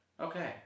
Okay